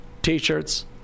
T-shirts